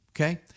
okay